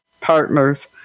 partners